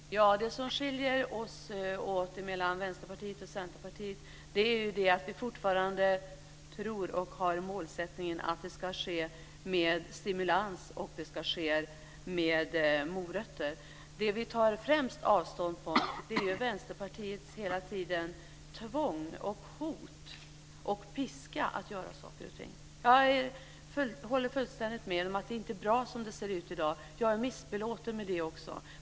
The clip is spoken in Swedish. Herr talman! Det som skiljer Vänsterpartiet och Centerpartiet åt är att vi fortfarande tror och har målsättningen att detta ska ske med stimulans och med morötter. Det vi främst tar avstånd från är Vänsterpartiets tvång, hot och piska för att göra saker och ting. Jag håller fullständigt med om att det inte är bra som det ser ut i dag. Jag är också missbelåten med det.